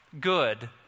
good